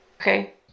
Okay